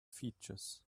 features